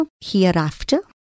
hereafter